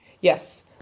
Yes